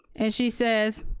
and she says,